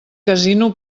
casino